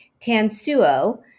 Tansuo